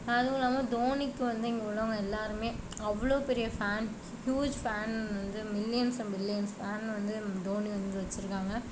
அதுவும் இல்லாமல் தோனிக்கு வந்து இங்கே உள்ளவங்க எல்லாேருமே அவ்வளோ பெரிய ஃபேன் ஹ்யூஜ் ஃபேன் வந்து மில்லியன்ஸ் அண்ட் பில்லியன்ஸ் ஃபேன் வந்து தோனி வந்து வச்சுருக்காங்க